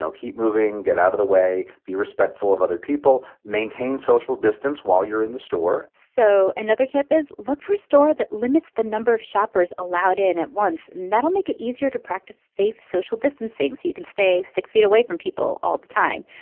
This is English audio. so keep moving. get out of the way. be respectful of other people. maintain social distance while you're in the store so another tip is look for a store that limits the number of shoppers allowed in at once, and that'll make it easier to practice safe social distancing so you can stay six feet away from people all the time.